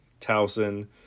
Towson